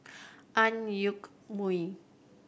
Ang Yoke Mooi